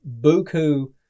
buku